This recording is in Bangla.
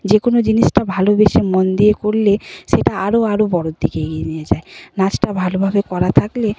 যে কোনো জিনিসটা ভালোবেসে মন দিয়ে করলে সেটা আরও আরও বড়র দিকে এগিয়ে নিয়ে যায় নাচটা ভালোভাবে করা থাকলে